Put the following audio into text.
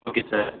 okay sir